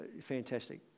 fantastic